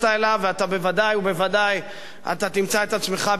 ואתה בוודאי ובוודאי תמצא את עצמך בתוכו,